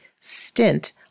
stint